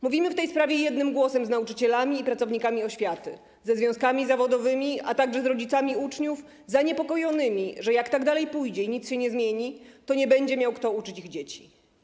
Mówimy w tej sprawie jednym głosem z nauczycielami i pracownikami oświaty, ze związkami zawodowymi, a także z rodzicami uczniów, którzy są zaniepokojeni, że jak tak dalej pójdzie i nic się nie zmieni, to nie będzie miał kto uczyć ich dzieci.